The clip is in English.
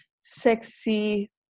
sexy